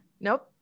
Nope